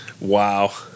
Wow